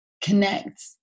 connect